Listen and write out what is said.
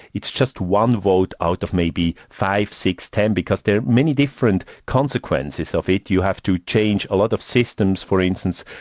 it's just one vote out of maybe five, six, ten, because there are many different consequences so of it. you have to change a lot of systems for instance,